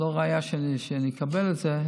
אין ראיה שאני אקבל את זה.